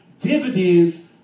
dividends